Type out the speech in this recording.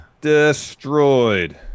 Destroyed